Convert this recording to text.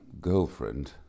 girlfriend